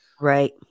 right